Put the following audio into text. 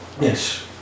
Yes